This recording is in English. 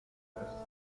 california